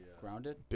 grounded